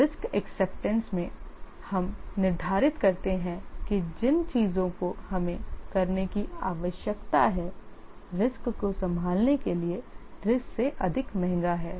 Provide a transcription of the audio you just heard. risk acceptance में हम निर्धारित करते हैं कि जिन चीजों को हमें करने की आवश्यकता है रिस्क को संभालने के लिए रिस्क से अधिक महंगा है